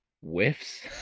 whiffs